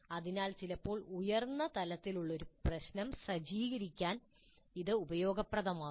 അതിനാൽ ചിലപ്പോൾ അല്പം ഉയർന്ന തലത്തിലുള്ള ഒരു പ്രശ്നം സജ്ജീകരിക്കാൻ ഇത് ഉപയോഗപ്രദമാകും